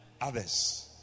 Others